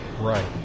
Right